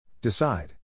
Decide